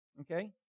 okay